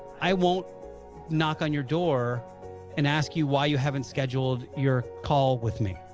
i won't knock on your door and ask you why you haven't scheduled your call with me.